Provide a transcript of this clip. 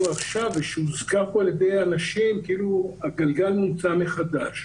עכשיו ושהוזכר פה על ידי אנשים כאילו הגלגל מומצא מחדש,